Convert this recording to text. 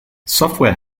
software